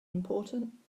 important